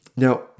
Now